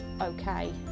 okay